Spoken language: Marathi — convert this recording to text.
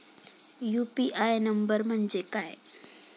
यु.पी.आय नंबर म्हणजे काय?